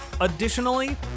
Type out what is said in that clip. Additionally